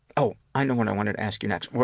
oh, i know what i wanted to ask you next.